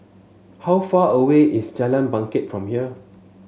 how far away is Jalan Bangket from here